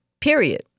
period